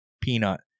peanut